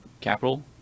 capital